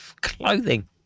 clothing